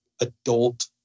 adult